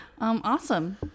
Awesome